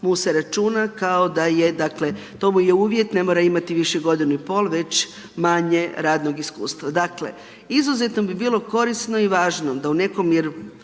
mu se računa kao da je dakle to mu je uvjet ne mora imati više godinu i pol već manje radnog iskustva. Dakle, izuzetno bi bilo korisno i važno da u nekom jer